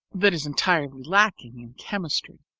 that is entirely lacking in chemistry.